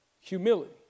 humility